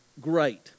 great